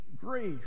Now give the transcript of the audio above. grace